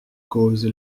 cause